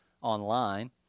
online